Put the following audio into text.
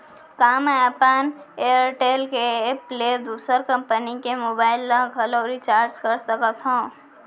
का मैं अपन एयरटेल के एप ले दूसर कंपनी के मोबाइल ला घलव रिचार्ज कर सकत हव?